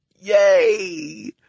yay